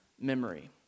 memory